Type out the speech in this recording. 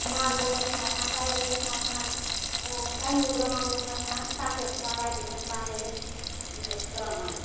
marble ٲسۍ نہٕ آسان ٹایِل ٲسۍ نہٕ آسان کَنیوٗ برٛانٛد اوس آسان تَتھ تہِ اوس آسان رَبہِ ہُنٛد بَنٲوِتھ یہِ برٛانٛد